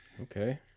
Okay